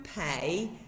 pay